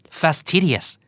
fastidious